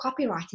copywriting